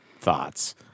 thoughts